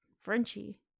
Frenchie